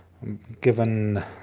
Given